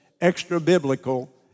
extra-biblical